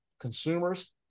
consumers